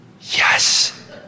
yes